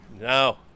No